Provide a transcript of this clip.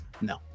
No